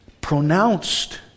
pronounced